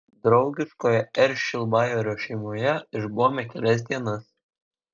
draugiškoje r šilbajorio šeimoje išbuvome kelias dienas